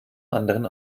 anderen